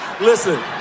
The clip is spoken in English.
Listen